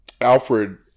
Alfred